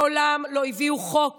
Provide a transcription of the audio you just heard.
מעולם לא הביאו חוק